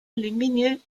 lumineux